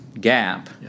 gap